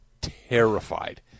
terrified